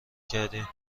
کردیم